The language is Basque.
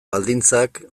baldintzak